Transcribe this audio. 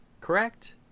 Correct